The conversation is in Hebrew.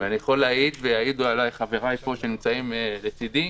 אני יכול להעיד ויעידו החברים שנמצאים לצידי,